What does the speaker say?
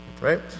right